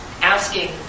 asking